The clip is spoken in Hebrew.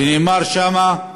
ונאמר שם: